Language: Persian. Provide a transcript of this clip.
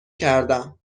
کردم